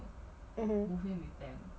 mmhmm